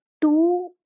two